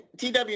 TW